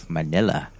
Manila